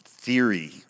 theory